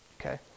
okay